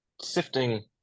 sifting